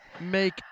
Make